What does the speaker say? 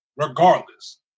regardless